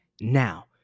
Now